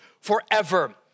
forever